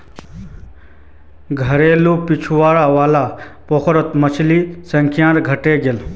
घरेर पीछू वाला पोखरत मछलिर संख्या घटे गेल छ